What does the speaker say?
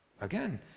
Again